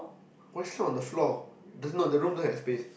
why sit on the floor there's no the room don't have space